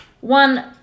One